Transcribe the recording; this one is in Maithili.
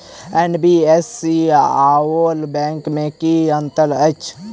एन.बी.एफ.सी आओर बैंक मे की अंतर अछि?